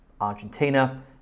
Argentina